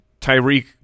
Tyreek